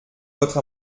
votre